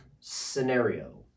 scenario